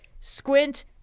squint